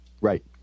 Right